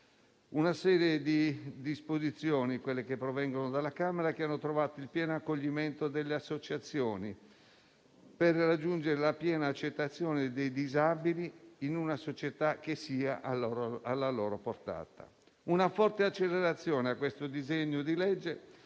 raccordo. Le disposizioni provenienti dalla Camera hanno trovato il pieno accoglimento delle associazioni e mirano a raggiungere la piena accettazione dei disabili in una società che sia alla loro portata. Una forte accelerazione a questo disegno di legge